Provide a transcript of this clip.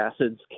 acids